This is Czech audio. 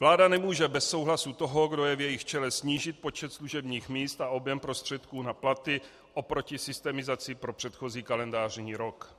Vláda nemůže bez souhlasu toho, kdo je v jejich čele, snížit počet služebních míst a objem prostředků na platy oproti systemizaci pro předchozí kalendářní rok.